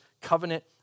covenant